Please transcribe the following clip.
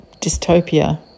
dystopia